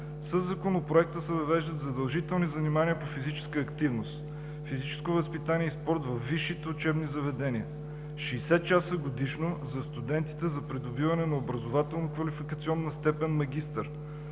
Със Законопроекта се въвеждат задължителни занимания по физическа активност, физическо възпитание и спорт във висшите учебни заведения – 60 часа годишно за студентите за придобиване на образователно-квалификационна степен „магистър“.